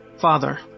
Father